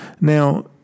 Now